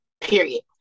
Period